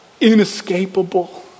inescapable